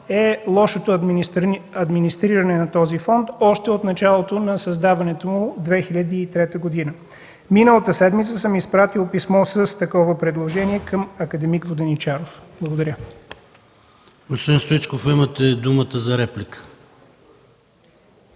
е лошото администриране на този Фонд още от началото на създаването му – 2003 г. Миналата седмица съм изпратил писмо с такова предложение на акад. Воденичаров. Благодаря.